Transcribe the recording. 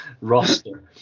roster